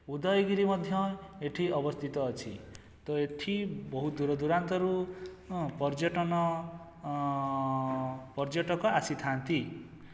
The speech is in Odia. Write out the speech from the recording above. ଉଦୟଗିରି ମଧ୍ୟ ଏଠି ଅବସ୍ଥିତ ଅଛି ତ ଏଠି ବହୁ ଦୂରଦୂରାନ୍ତରୁ ପର୍ଯ୍ୟଟନ ପର୍ଯ୍ୟଟକ ଆସିଥାନ୍ତି